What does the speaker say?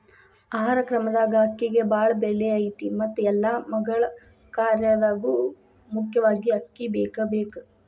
ಆಹಾರ ಕ್ರಮದಾಗ ಅಕ್ಕಿಗೆ ಬಾಳ ಬೆಲೆ ಐತಿ ಮತ್ತ ಎಲ್ಲಾ ಮಗಳ ಕಾರ್ಯದಾಗು ಮುಖ್ಯವಾಗಿ ಅಕ್ಕಿ ಬೇಕಬೇಕ